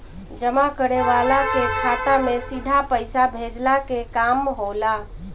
जमा करे वाला के खाता में सीधा पईसा भेजला के काम होला